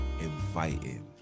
Inviting